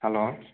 hello